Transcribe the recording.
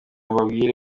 mbabwire